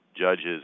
judges